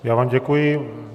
Já vám děkuji.